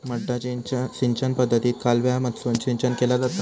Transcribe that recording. मड्डा सिंचन पद्धतीत कालव्यामधसून सिंचन केला जाता